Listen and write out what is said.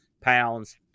pounds